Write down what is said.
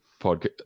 podcast